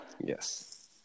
Yes